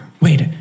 Wait